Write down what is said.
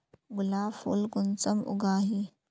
गुलाब फुल कुंसम उगाही?